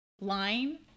line